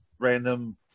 random